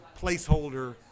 placeholder